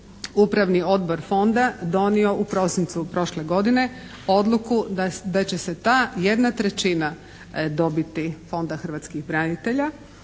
Upravni odbor Fonda donio u prosincu prošle godine odluku da će se ta 1/3 dobiti Fonda hrvatskih branitelja,